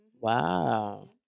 Wow